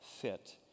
fit